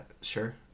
Sure